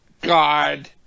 God